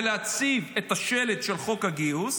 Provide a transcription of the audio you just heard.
ולהציב את השלט של חוק הגיוס,